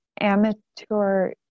amateur